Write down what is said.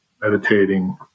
meditating